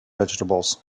vegetables